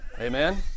amen